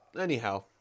Anyhow